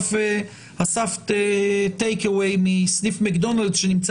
הוא לקח Take away מסניף מקדולנד שנמצא